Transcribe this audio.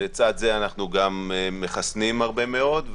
ולצד זה אנחנו גם מחסנים הרבה מאוד.